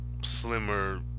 slimmer